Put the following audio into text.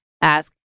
ask